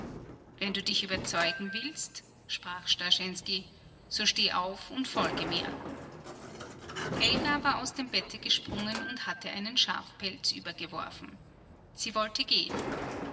wenn du dich überzeugen willst sprach starschensky so steh auf und folge mir elga war aus dem bette gesprungen und hatte einen schlafpelz übergeworfen sie wollte gehen